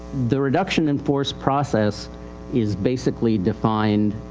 the reduction in force process is basically defined,